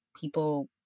people